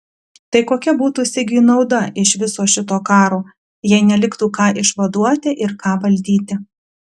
tai kokia būtų sigiui nauda iš viso šito karo jei neliktų ką išvaduoti ir ką valdyti